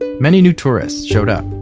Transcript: and many new tourists showed up